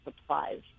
supplies